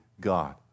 God